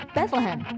Bethlehem